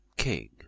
King